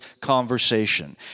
conversation